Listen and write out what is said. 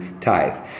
tithe